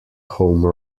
home